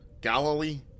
galilee